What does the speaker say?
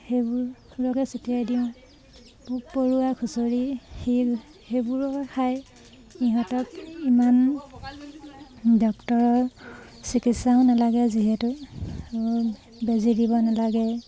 সেইবোৰকে চটিয়াই দিওঁ পোক পৰুৱা খুঁচৰি সি সেইবোৰকে খাই ইহঁতক ইমান ডক্টৰৰ চিকিৎসাও নালাগে যিহেতু বেজি দিব নালাগে